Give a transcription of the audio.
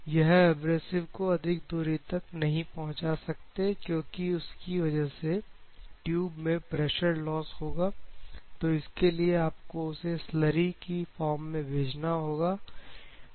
यह एब्रेसिव को अधिक दूरी तक नहीं पहुंचा सकते क्योंकि उसकी वजह से ट्यूब में प्रेशर लॉस होगा तो इसके लिए आपको उसे स्लरी की फॉर्म में भेजना होगा